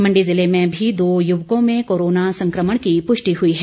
मंडी ज़िले में भी दो युवकों में कोरोना संक्रमण की प्ष्टि हुई है